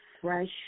fresh